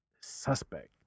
Suspect